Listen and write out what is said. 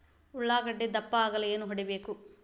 ಉಳ್ಳಾಗಡ್ಡೆ ದಪ್ಪ ಆಗಲು ಏನು ಹೊಡಿಬೇಕು?